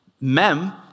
Mem